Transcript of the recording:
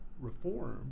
reform